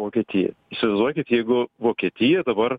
vokietija įsivaizduokit jeigu vokietija dabar